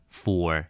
four